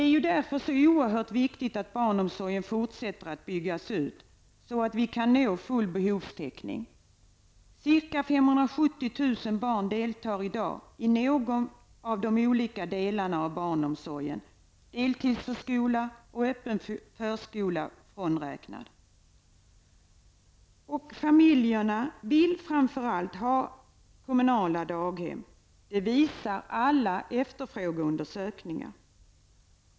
Det är därför så oerhört viktigt att barnomsorgen fortsätter att byggas ut så att vi kan nå full behovstäckning. Ca 570 000 barn deltar i dag i någon av de olika delarna av barnomsorgen -- Familjerna vill framför allt ha kommunala daghem. Det visar alla efterfrågeundersökningar.